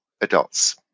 adults